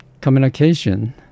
communication